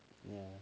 ya